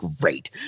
great